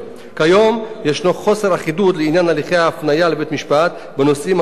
כיום ישנו חוסר אחידות לעניין הליכי ההפניה לבית-משפט בנושאים הנוגעים